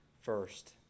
first